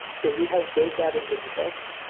so we have built that into vitess.